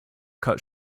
cut